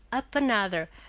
up another,